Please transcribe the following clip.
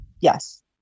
yes